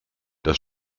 das